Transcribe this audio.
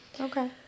Okay